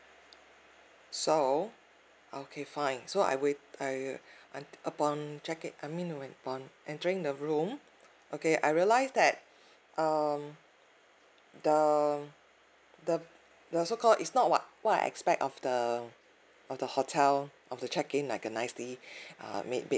so okay fine so I wait I I upon check in I mean when upon entering the room okay I realised that um the the the so called is not what what I expect of the of the hotel of the check in like a nicely uh made bed